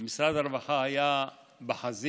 משרד הרווחה היה בחזית,